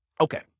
okay